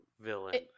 villain